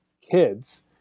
kids